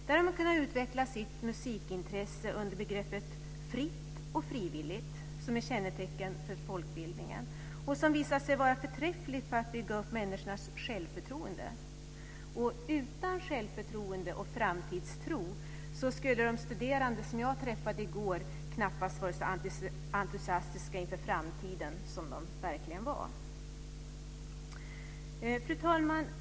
Där har de kunnat utveckla sitt musikintresse i enlighet med begreppet "fritt och frivilligt", som är kännetecknande för folkbildningen och som har visat sig vara förträffligt för att bygga upp människornas självförtroende. Utan självförtroende och framtidstro skulle de studerande som jag träffade i går knappast ha varit så entusiastiska inför framtiden som de verkligen var. Fru talman!